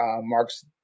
Mark's